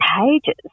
pages